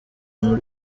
muri